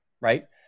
right